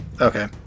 okay